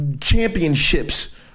championships